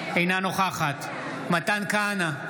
נוכחת מתן כהנא,